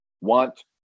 want